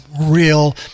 real